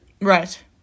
Right